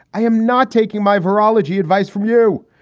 i am not taking my virology advice from you.